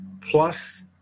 plus